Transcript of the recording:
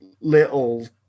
little